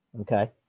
Okay